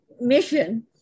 mission